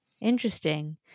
Interesting